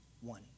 one